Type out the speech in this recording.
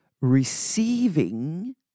receiving